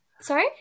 Sorry